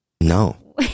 No